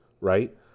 right